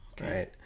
right